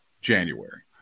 January